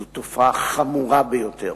זו תופעה חמורה ביותר,